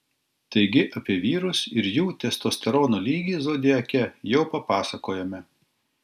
taigi apie vyrus ir jų testosterono lygį zodiake jau papasakojome